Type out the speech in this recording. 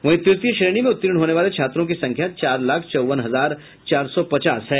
वही तृतीय श्रेणी में उत्तीर्ण होने वाले छात्रों की संख्या चार लाख चौवन हजार चार सौ पचास है